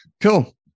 cool